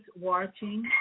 watching